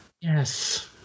Yes